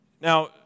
Now